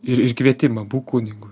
ir ir kvietimą būk kunigu